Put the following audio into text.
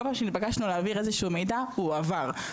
כל פעם שהתבקשנו להעביר איזשהו מידע הוא הועבר.